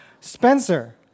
Spencer